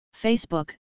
Facebook